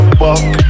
fuck